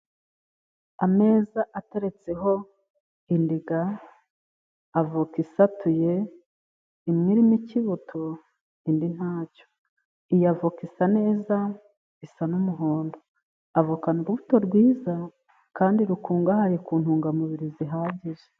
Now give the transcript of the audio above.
Ameza ateretseho indiga, avoka isatuye, imwe irimo ikibuto, indi ntacyo. Iyi avoka isa neza, isa n'umuhondo. avoka ni urubuto rwiza kandi rukungahaye ku ntungamubiri zihagije.